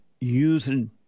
using